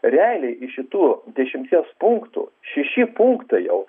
realiai iš šitų dešimties punktų šeši punktai jau